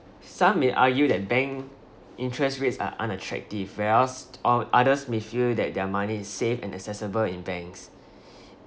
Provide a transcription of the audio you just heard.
some may argue that bank interest rates are unattractive where else all others may feel that their money is safe and accessible in banks